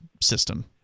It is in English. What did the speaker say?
system